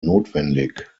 notwendig